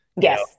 Yes